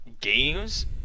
games